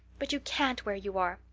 but you can't where you are.